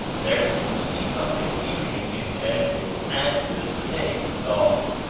there seems to be some confusion in genesis as to the semitic stock.